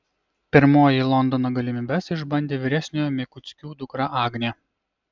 pirmoji londono galimybes išbandė vyresniojo mikuckių dukra agnė